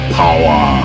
power